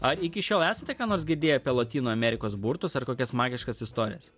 ar iki šiol esate ką nors girdėję apie lotynų amerikos burtus ar kokias magiškas istorijas